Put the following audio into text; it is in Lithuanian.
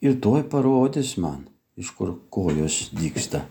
ir tuoj parodys man iš kur kojos dygsta